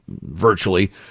virtually